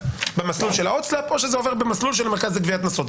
במסלול של ההוצל"פ או שזה עובר במסלול של המרכז לגביית קנסות,